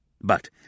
But